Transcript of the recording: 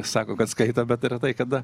sako kad skaito bet retai kada